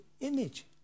image